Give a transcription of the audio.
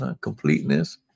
completeness